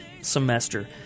semester